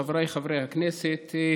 חבריי חברי הכנסת,